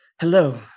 Hello